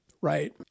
right